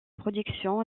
production